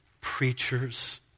preachers